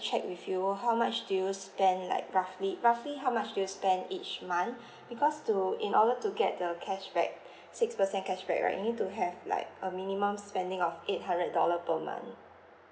check with your how much do you spend like roughly roughly how much do you spend each month because to in order to get the cashback six percent cashback right you need to have like a minimum spending of eight hundred dollar per month